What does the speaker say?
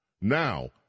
Now